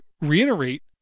reiterate